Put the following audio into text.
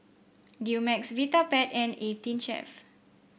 Dumex Vitapet and Eighteen Chef